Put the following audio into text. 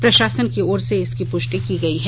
प्रशासन की ओर से भी इसकी पुष्टि की गयी है